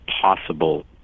possible